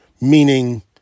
meaning